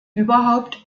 überhaupt